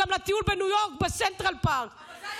גם לטיול בניו יורק בסנטרל פארק.